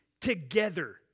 together